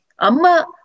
Amma